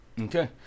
Okay